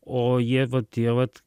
o jie vat jie vat